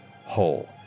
whole